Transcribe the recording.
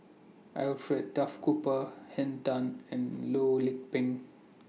Alfred Duff Cooper Henn Tan and Loh Lik Peng